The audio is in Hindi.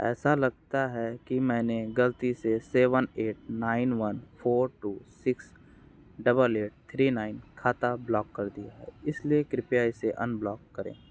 ऐसा लगता है कि मैंने गलती से seven eight nine one four two six double eight three nine खाता ब्लॉक कर दिया है इसलिए कृपया इसे अनब्लॉक करें